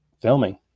Filming